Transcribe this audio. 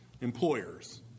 employers